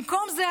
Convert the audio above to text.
במקום זה,